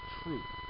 truth